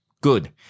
good